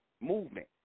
Movement